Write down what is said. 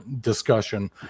discussion